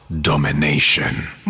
domination